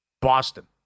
Boston